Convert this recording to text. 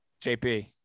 JP